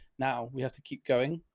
now we have to keep going.